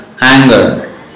anger